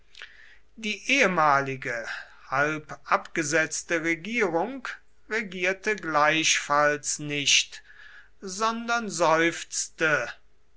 die ehemalige halb abgesetzte regierung regierte gleichfalls nicht sondern seufzte